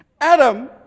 Adam